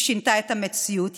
היא שינתה את המציאות.